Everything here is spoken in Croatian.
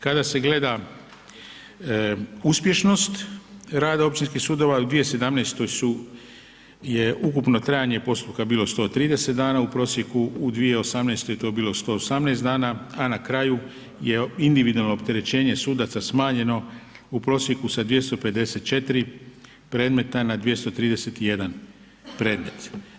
Kada se gleda uspješnost rada općinskih sudova, u 2017. je ukupno trajanje postupka bilo 130 dana, u prosjeku u 2018. je to bilo 118 a na kraju je individualno opterećenje sudaca smanjeno u prosjeku sa 254 predmeta na 231 predmet.